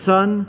Son